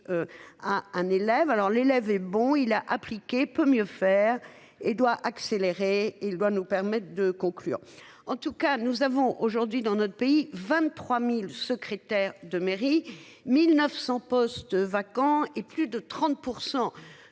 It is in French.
À un élève. Alors l'élève et bon il a appliqué. Peut mieux faire et doit accélérer. Il doit nous permettre de conclure en tout cas nous avons aujourd'hui dans notre pays 23.000 secrétaire de mairie, 1900 postes vacants et plus de 30%